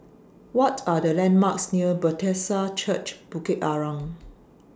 What Are The landmarks near Bethesda Church Bukit Arang